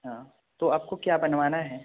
हाँ तो आपको क्या बनवाना है